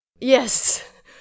Yes